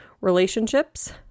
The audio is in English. relationships